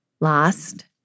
lost